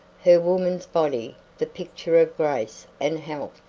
her woman's body the picture of grace and health.